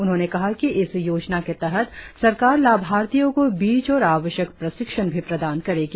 उन्होंने कहा कि इस योजना के तहत सरकार लाभार्थियों को बीज और आवश्यक प्रशिक्षण भी प्रदान करेगी